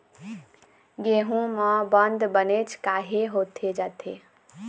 गेहूं म बंद बनेच काहे होथे जाथे?